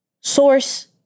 Source